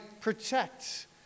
protect